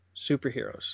superheroes